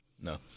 No